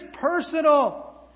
personal